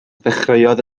ddechreuodd